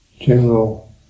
general